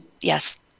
Yes